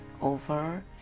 over